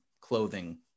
clothing